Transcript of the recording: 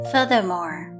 Furthermore